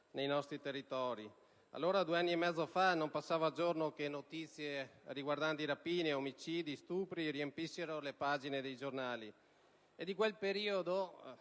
nei nostri territori. Allora, due anni e mezzo fa, non passava giorno che notizie riguardanti rapine, omicidi e stupri riempissero le pagine dei giornali. E di quel periodo,